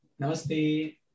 Namaste